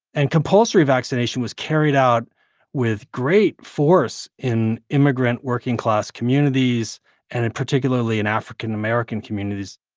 and compulsory vaccination was carried out with great force in immigrant working-class communities and in particularly in african american communities.